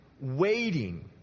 waiting